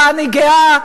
שבה אני גאה,